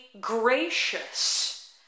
gracious